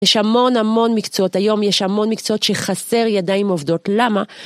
יש המון המון מקצועות, היום יש המון מקצועות שחסר ידיים עובדות, למה?